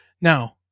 Now